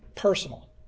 personal